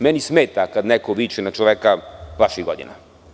Meni smeta kada neko viče na čoveka vaših godina.